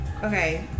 Okay